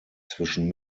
zwischen